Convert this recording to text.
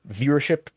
viewership